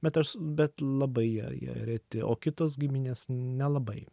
bet aš bet labai jie jie reti o kitos giminės nelabai